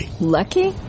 Lucky